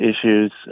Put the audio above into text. issues